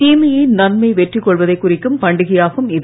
தீமையை நன்மை வெற்றி கொள்வதைக் குறிக்கும் பண்டிகையாகும் இது